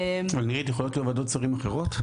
נירית, יכולות להיות ועדות שרים אחרות?